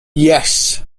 yes